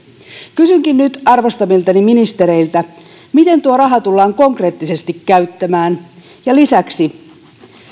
kysynkin nyt arvostamiltani ministereiltä miten tuo raha tullaan konkreettisesti käyttämään lisäksi